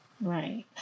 Right